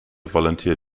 volunteer